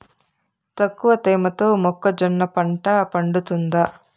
తక్కువ తేమతో మొక్కజొన్న పంట పండుతుందా?